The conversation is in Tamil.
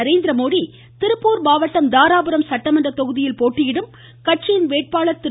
நரேந்திரமோடி திருப்பூர் மாவட்டம் தாராபுரம் சட்டமன்ற தொகுதியில் போட்டியிடும் கட்சியின் வேட்பாளர் திரு